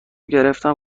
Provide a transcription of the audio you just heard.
گرفتم